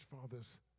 fathers